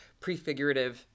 prefigurative